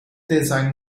design